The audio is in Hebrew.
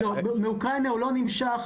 מאוקראינה הוא לא נמשך.